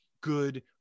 good